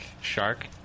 shark